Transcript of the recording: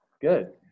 good